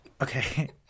Okay